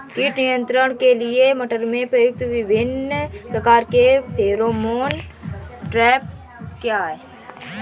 कीट नियंत्रण के लिए मटर में प्रयुक्त विभिन्न प्रकार के फेरोमोन ट्रैप क्या है?